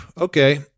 Okay